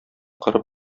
корып